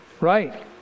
Right